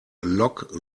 lock